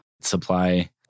supply